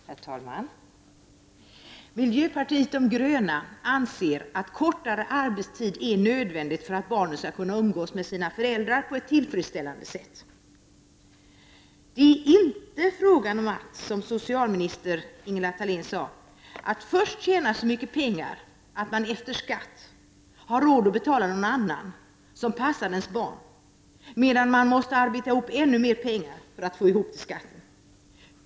Herr talman! Miljöpartiet de gröna anser att kortare arbetstid är nödvändigt för att barnen skall kunna umgås med sina föräldrar på ett tillfredsställande sätt. Det är inte, som socialminister Ingela Thalén sade, frågan om att först tjäna så mycket pengar att man efter skatt har råd att betala någon annan som passar ens barn, medan man måste arbeta ihop ännu mera pengar för att få ihop till skatten.